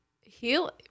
heal